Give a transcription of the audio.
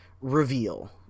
reveal